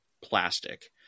plastic